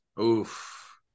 Oof